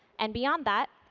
and beyond that,